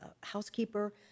housekeeper